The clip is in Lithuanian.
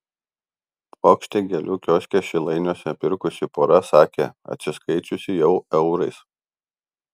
puokštę gėlių kioske šilainiuose pirkusi pora sakė atsiskaičiusi jau eurais